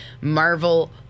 Marvel